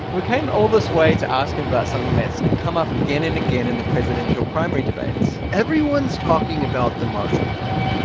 we came all this way to ask him about something that's come up again and again in the presidential primary debates everyone's talking about the marshall plan.